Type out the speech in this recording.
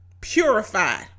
Purified